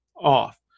off